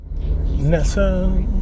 Nessa